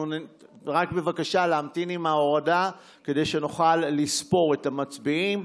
רק בבקשה להמתין עם ההורדה כדי שנוכל לספור את המצביעים.